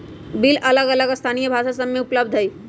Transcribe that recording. bill अलग अलग स्थानीय भाषा सभ में उपलब्ध हइ